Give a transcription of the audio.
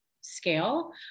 scale